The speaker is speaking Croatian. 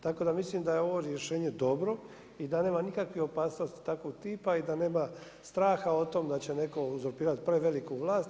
Tako da mislim da je ovo rješenje dobro i da nema nikakve opasnosti takvog tipa i da nema straha o tome da će netko uzurpirati nekog preveliku vlast.